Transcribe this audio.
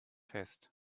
fest